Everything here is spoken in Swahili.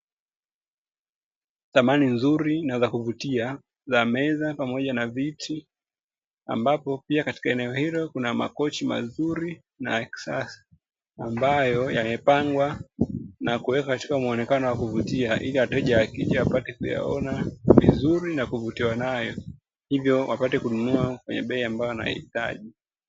Samani nzuri na za kuvutia za meza pamoja na viti, ambapo pia katika eneo hilo kuna makochi mazuri na ya kisasa; ambayo yamepangwa na kuwekwa katika muonekano wa kuvutia, ili wateja wakija wapate kuyaona vizuri na kuvutiwa nayo, hivyo wapate kununua kwenye bei ambayo wanaihitaji.